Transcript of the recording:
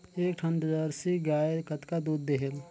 एक ठन जरसी गाय कतका दूध देहेल?